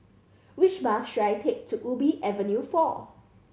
which bus should I take to Ubi Avenue Four